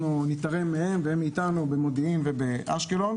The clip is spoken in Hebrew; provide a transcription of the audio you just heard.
אנחנו ניתרם מהם והם מאיתנו במודיעין ובאשקלון.